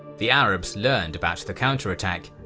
the arabs learned about the counter-attack,